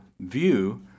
view